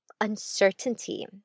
uncertainty